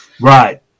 Right